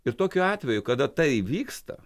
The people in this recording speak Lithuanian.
ir tokiu atveju kada tai vyksta